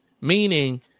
meaning